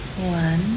One